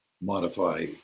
modify